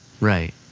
Right